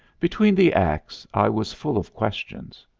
between the acts i was full of questions.